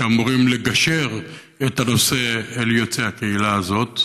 שאמורים לגשר בנושא למען יוצאי הקהילה הזאת,